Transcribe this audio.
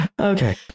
Okay